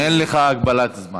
אין לך הגבלת זמן.